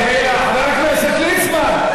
חבר הכנסת ליצמן,